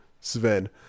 Sven